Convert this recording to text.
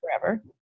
forever